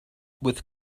with